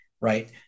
Right